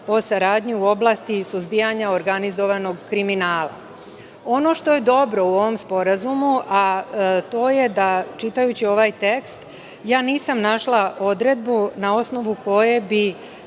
o saradnji u oblasti suzbijanja organizovanog kriminala. Ono što je dobro u ovom sporazumu, a to je da čitajući ovaj tekst ja nisam našla odredbu na osnovu koje bi